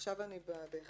עכשיו אני ב-(1א)